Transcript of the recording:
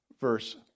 verse